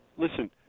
Listen